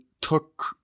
took